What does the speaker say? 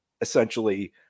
essentially